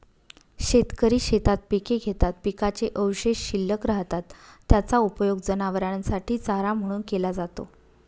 शेतकरी शेतात पिके घेतात, पिकाचे अवशेष शिल्लक राहतात, त्याचा उपयोग जनावरांसाठी चारा म्हणून केला जातो